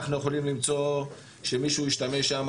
אנחנו יכולים למצוא שמישהו השתמש שם,